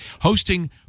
hosting